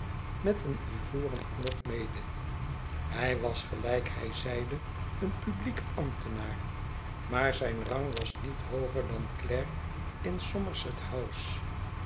met een ivoren knop mede hij was gelijk hij zeide een publiek ambtenaar maar zijn rang was niet hooger dan klerk in somerset house